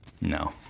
No